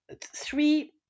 three